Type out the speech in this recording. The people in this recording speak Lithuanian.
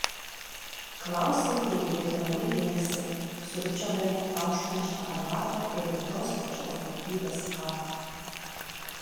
klausantieji pritariamai linksi sriūbčiodami auštančią arbatą ir tokios pačios kokybės kavą